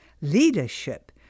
leadership